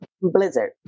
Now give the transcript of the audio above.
blizzard